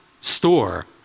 store